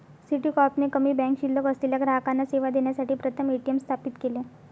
Citicorp ने कमी bank शिल्लक असलेल्या ग्राहकांना सेवा देण्यासाठी प्रथम ए.टी.एम स्थापित केले